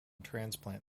transplant